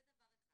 זה דבר אחד.